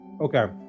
okay